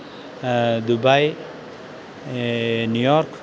Dubai New York